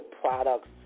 products